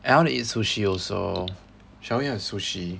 and I wanna eat sushi also shall we have sushi